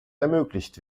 ermöglicht